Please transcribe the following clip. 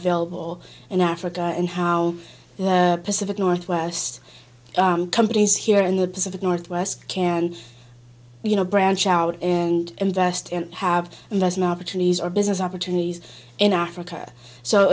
available in africa and how the pacific northwest companies here in the pacific northwest can you know branch out and invest and have investment opportunities or business opportunities in africa so